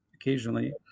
occasionally